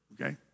okay